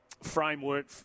framework